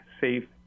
safe